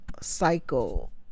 cycle